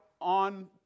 on